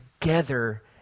together